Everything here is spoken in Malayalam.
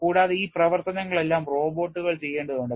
കൂടാതെ ഈ പ്രവർത്തനങ്ങളെല്ലാം റോബോട്ടുകൾ ചെയ്യേണ്ടതുണ്ട്